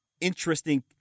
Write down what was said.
interesting